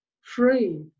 free